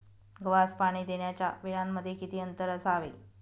गव्हास पाणी देण्याच्या वेळांमध्ये किती अंतर असावे?